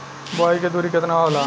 बुआई के दूरी केतना होला?